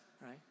right